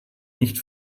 nicht